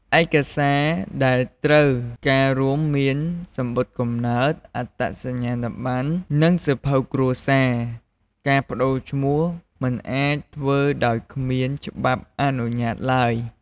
ឯកសារដែលត្រូវការរួមមាន សំបុត្រកំណើត អត្តសញ្ញាណប័ណ្ណ និងសៀវភៅគ្រួសារ ការប្ដូរឈ្មោះមិនអាចធ្វើដោយគ្មានច្បាប់អនុញ្ញាតឡើយ។